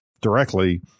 directly